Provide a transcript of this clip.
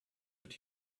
but